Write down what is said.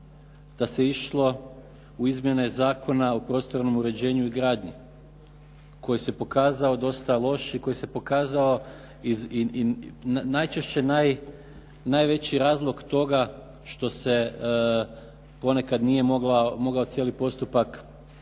da se išlo u izmjene Zakona o prostornom uređenju i gradnji koji se pokazao dosta loš i koji se pokazao najčešće najveći razlog toga što se ponekad nije mogao cijeli postupak i